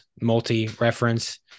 multi-reference